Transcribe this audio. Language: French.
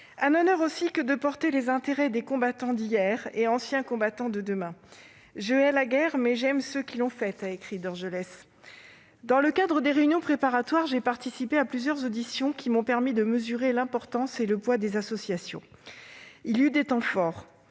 un honneur que de porter les intérêts des combattants d'hier et des anciens combattants de demain. « Je hais la guerre, mais j'aime ceux qui l'ont faite », écrivit Dorgelès. Dans le cadre des réunions préparatoires, j'ai participé à plusieurs auditions qui m'ont permis de mesurer l'importance et le poids des associations. Il y eut des temps forts.